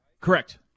Correct